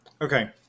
Okay